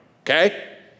okay